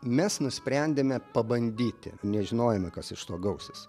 mes nusprendėme pabandyti nežinojome kas iš to gausis